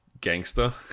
gangster